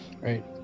Right